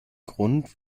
grund